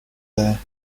there